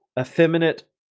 effeminate